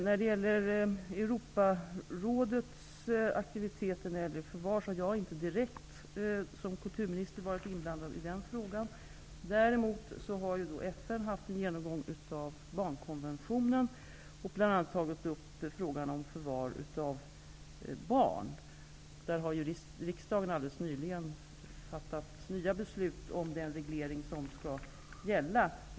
Som kulturminister har jag inte direkt inte varit inblandad i Europarådets aktiviteter när det gäller förvarstagande. Däremot har FN gjort en genomgång av barnkonventionen, då man tog upp bl.a. förvar av barn. Riksdagen fattade alldeles nyligen beslut om den reglering som skall gälla.